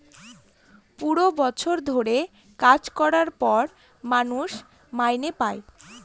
পুরো বছর ধরে কাজ করার পর মানুষ মাইনে পাই